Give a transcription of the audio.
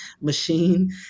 machine